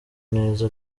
neza